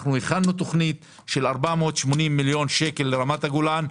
אנחנו הכנו תכנית של 480 מיליון שקלים לרמת הגולן,